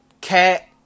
Cat